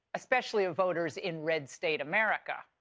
especially voters in red state america.